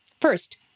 First